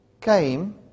came